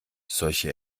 solche